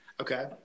Okay